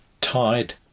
tide